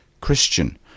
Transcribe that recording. Christian